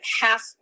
half